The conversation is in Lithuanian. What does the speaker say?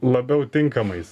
labiau tinkamais